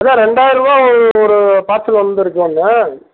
அதா ரெண்டாயரூவா ஒரு பார்சல் வந்துயிருக்கு ஒன்று